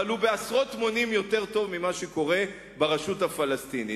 אבל הוא בעשרות מונים יותר טוב ממה שקורה ברשות הפלסטינית.